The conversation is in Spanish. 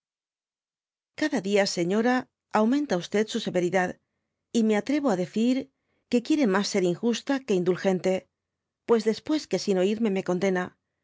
cjada día señora aumenta s su seyeridady me atreyo á decir que quiere mas ser injusta que indulgente pues después que sin oirme me condena